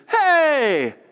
hey